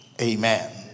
Amen